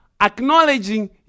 acknowledging